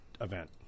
event